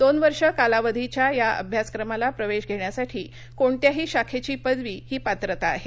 दोन वर्ष कालावधीच्या ह्या अभ्यासक्रमाला प्रवेश घेण्यासाठी कोणत्याही शाखेची पदवी ही पात्रता आहे